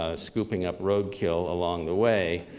ah scooping up roadkill along the way.